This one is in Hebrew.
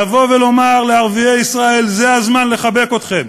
לבוא ולומר לערביי ישראל: זה הזמן לחבק אתכם,